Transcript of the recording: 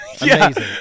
Amazing